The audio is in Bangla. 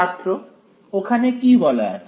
ছাত্র ওখানে কি বলা আছে